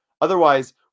Otherwise